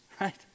right